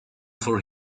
for